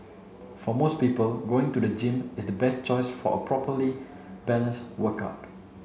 for most people going to the gym is the best choice for a properly balanced workout